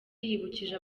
yibukije